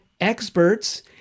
experts